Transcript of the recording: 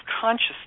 consciousness